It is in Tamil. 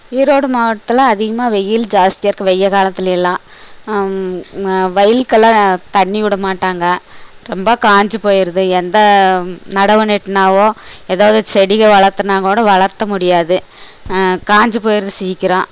ஈரோடு மாவட்டத்தில் அதிகமாக வெயில் ஜாஸ்த்தியாக இருக்குது வெய்ய காலத்தில் எல்லாம் வயலுக்கெல்லாம் தண்ணி விட மாட்டாங்க ரொம்ப காஞ்சு போயிடுது எந்த நடவு நட்டுனாவோ எதாவது செடிகள் வளர்த்துனாகோட வளர்த்த முடியாது காஞ்சு போயிடுது சீக்கிரம்